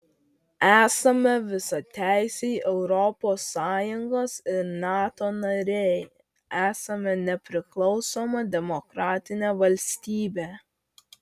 esame visateisiai europos sąjungos ir nato nariai esame nepriklausoma demokratinė valstybė